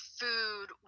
food